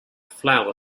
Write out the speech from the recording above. flower